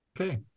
Okay